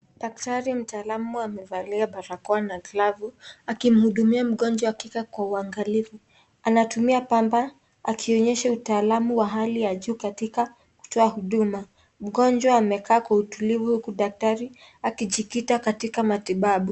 Daktari mtaalam amevalia barakoa na glavu akimhudumia mgonjwa hakika kwa uangalifu. Anatumia pamba akionyesha utaalamu wa hali ya juu katika kutoa huduma. Mgonjwa amekaa kwa utulivu huku daktari akijikita katika matibabu.